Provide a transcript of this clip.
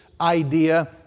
idea